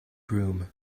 groom